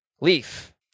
Leaf